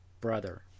brother